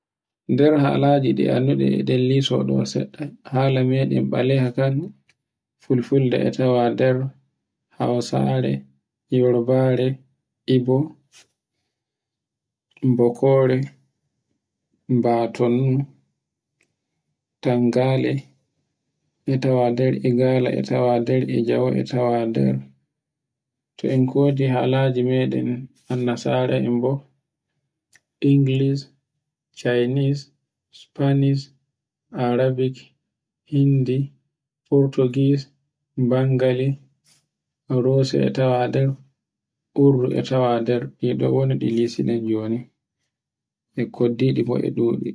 nder halaji ɗi annduɗen e nder liɗi liso ɗo seɗɗa, hala meɗen baleha kan fulfulde e tawa nder, hausare, yarubare, igbo, bokore, mbatonmu, tangale e tawa nde, Igala e tawa nder, Ijaw e tawa nder. To en kodi halaje meɗen annasara en be Inngliss, chaniss, spanish, arabik, hindu, purtogiusse, bangali, rusi etawa nder, urdu e tawa nder, ɗi ɗi ɗin woni e lisiɗen joni e koddiɗi bo e ɗuɗi.